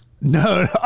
No